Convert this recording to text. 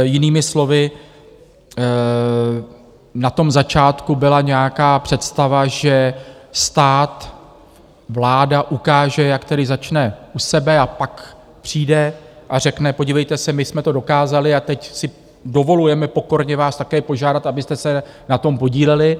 Jinými slovy, na tom začátku byla nějaká představa, že stát, vláda ukáže, jak tedy začne u sebe a pak přijde a řekne: Podívejte se, my jsme to dokázali a teď si dovolujeme pokorně vás také požádat, abyste se na tom podíleli.